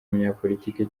umunyapolitike